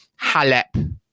Halep